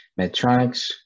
medtronics